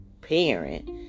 parent